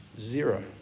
Zero